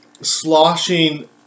sloshing